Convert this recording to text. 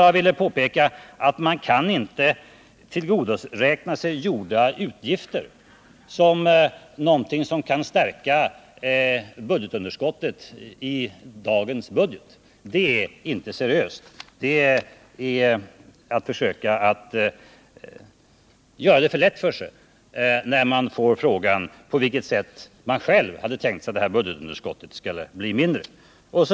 Jag ville bara påpeka att man inte kan tillgodoräkna sig gjorda utgifter som poster som nu kan minska budgetunderskottet i statens budget. Det är inte seriöst. Det är att försöka göra det alltför lätt för sig när man får frågan, på vilket sätt man själv hade tänkt sig att budgetunderskottet skulle kunna minskas.